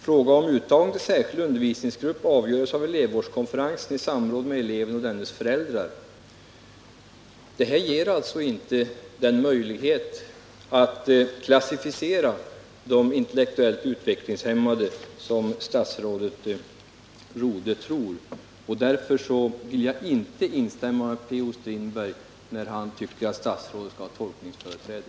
Fråga om uttagning till särskild undervisningsgrupp avgöres av elevvårdskonferensen i samråd med eleven och dennes föräldrar.” Detta ger alltså inte den möjlighet att klassificera de intellektuellt utvecklingshämmade som statsrådet Rodhe tror, och därför vill jag inte instämma med P.-O. Strindberg när han tycker att statsrådet skall ha tolkningsföreträde.